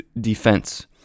defense